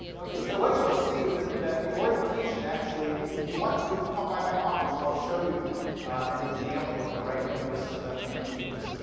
so what you'll see is that that the orientation, actually, if if you want to come by my office, i'll show you an example of a right-handed versus a left-handed helix.